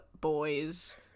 boys